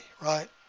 right